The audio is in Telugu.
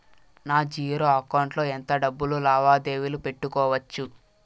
నా జీరో అకౌంట్ లో ఎంత డబ్బులు లావాదేవీలు పెట్టుకోవచ్చు?